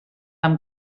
amb